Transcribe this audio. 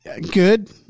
good